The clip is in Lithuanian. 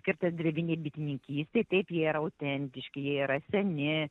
skirtas drevinei bitininkystei taip jie yra autentiški jie yra seni